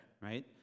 right